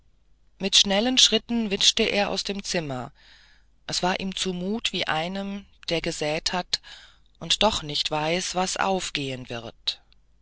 mit schnellen schritten witschte er aus dem zimmer es war ihm zu mut wie einem der gesäet hat und doch nicht weiß was aufgehen wird